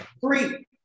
three